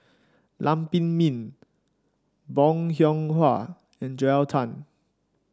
Lam Pin Min Bong Hiong Hwa and Joel Tan